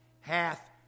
hath